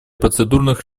процедурных